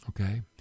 Okay